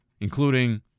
Including